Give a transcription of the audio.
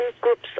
groups